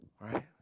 Right